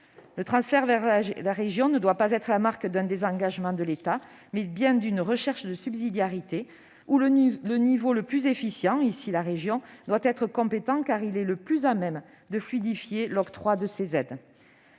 Le transfert vers la région doit être non pas la marque d'un désengagement de l'État, mais celle d'une recherche de subsidiarité, où le niveau le plus efficient- ici la région -doit être compétent, car il est le plus à même de fluidifier l'octroi de ces aides.